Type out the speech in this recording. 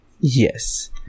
Yes